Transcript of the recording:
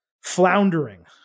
floundering